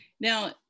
Now